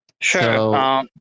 Sure